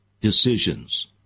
decisions